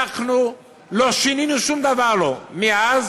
אנחנו לא שינינו שום דבר מאז